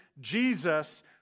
Jesus